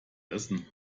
essen